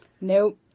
Nope